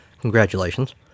Congratulations